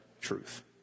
truth